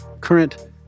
current